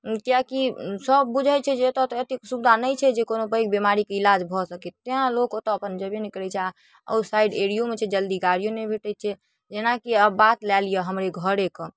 किएकि सभ बुझै छै जे एतऽ तऽ एतेक सुविधा नहि छै जे कोनो पैघ बेमारीके इलाज भऽ सकै तेँ लोक ओतऽ अपन जेबे नहि करै छै आओर ओ साइड एरिओमे छै जल्दी गाड़िओ नहि भेटै छै जेनाकि आब बात लऽ लिअऽ हमरा घरेके